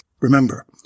Remember